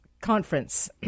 Conference